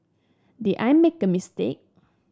did I make a mistake